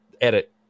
edit